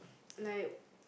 like